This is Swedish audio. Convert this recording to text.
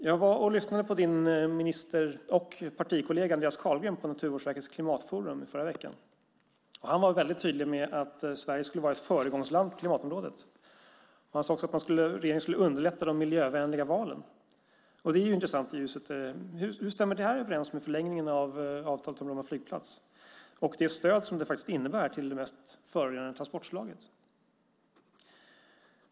Jag var och lyssnade på din minister och partikollega Andreas Carlgren på Naturvårdsverkets klimatforum i förra veckan. Han var väldigt tydlig med att Sverige skulle vara ett föregångsland på klimatområdet. Han sade också att regeringen skulle underlätta de miljövänliga valen. Det är intressant i ljuset av detta. Hur stämmer det överens med förlängningen av avtalet om Bromma flygplats och det stöd som det innebär till det mest förorenande transportslaget?